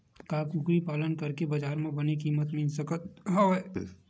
का कुकरी पालन करके बजार म बने किमत मिल सकत हवय?